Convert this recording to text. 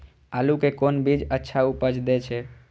आलू के कोन बीज अच्छा उपज दे छे?